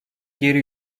geri